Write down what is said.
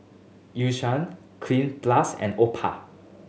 Eucerin Cleanz Plus and